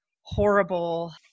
horrible